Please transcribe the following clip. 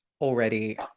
already